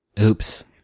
Oops